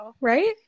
right